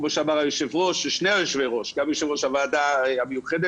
כמו אמר היושב ראש וגם חבר הכנסת האוזר,